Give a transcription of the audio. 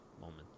moment